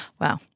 Wow